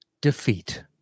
defeat